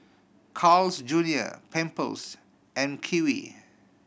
Carl's Junior Pampers and Kiwi